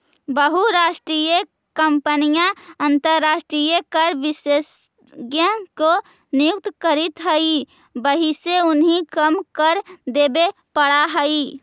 बहुराष्ट्रीय कंपनियां अंतरराष्ट्रीय कर विशेषज्ञ को नियुक्त करित हई वहिसे उन्हें कम कर देवे पड़ा है